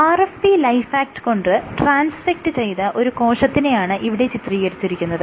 RFP Lifeact കൊണ്ട് transfect ചെയ്ത ഒരു കോശത്തിനെയാണ് ഇവിടെ ചിത്രീകരിച്ചിരിക്കുന്നത്